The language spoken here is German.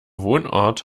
wohnort